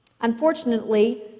Unfortunately